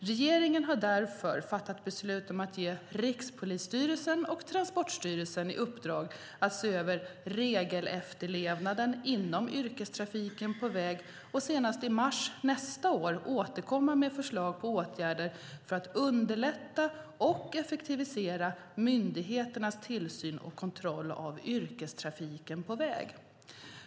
Regeringen har därför fattat beslut om att ge Rikspolisstyrelsen och Transportstyrelsen i uppdrag att se över regelefterlevnaden inom yrkestrafiken på väg och senast i mars nästa år återkomma med förslag på åtgärder för att underlätta och effektivisera myndigheternas tillsyn och kontroll av yrkestrafiken på väg.